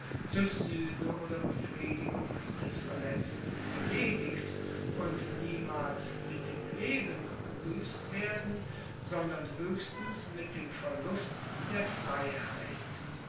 durch suehne oder befriedigung des verletzten erledigt und niemals mit dem leben gebuesst werden sondern hoechstens mit dem verlust der freiheit